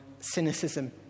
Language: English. cynicism